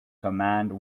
command